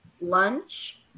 lunch